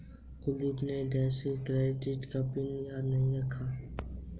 कुलदीप ने debit card ATM में डाला पर उसे डेबिट कार्ड पिन याद नहीं था